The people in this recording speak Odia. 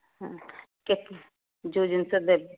କେତେ ଯେଉଁ ଜିନିଷ ଦେବେ